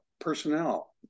personnel